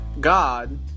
God